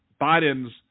Biden's